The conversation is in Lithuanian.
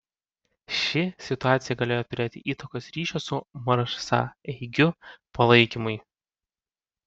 ši situacija galėjo turėti įtakos ryšio su marsaeigiu palaikymui